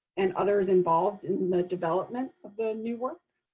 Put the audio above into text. and others involved in the development of the new work.